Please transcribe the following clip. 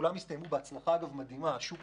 וכולם הסתיימו בהצלחה מדהימה, כי השוק